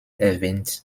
erwähnt